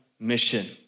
mission